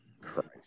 Christ